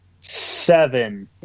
Seven